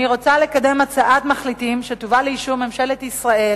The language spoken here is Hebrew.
אני רוצה לקדם הצעת מחליטים שתובא לאישור ממשלת ישראל